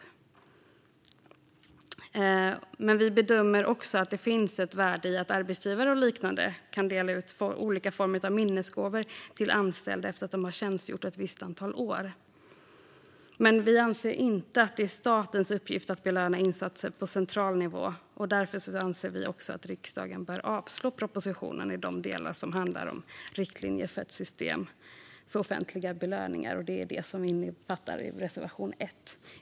Vi bedömer att det finns ett värde i att arbetsgivare och liknande kan dela ut olika former av minnesgåvor till anställda efter att de tjänstgjort ett visst antal år. Vi anser dock inte att det är statens uppgift att belöna insatser på central nivå, och därför anser vi också att riksdagen bör avslå propositionen i de delar som handlar om riktlinjer för ett system för offentliga belöningar, detta enligt reservation 1.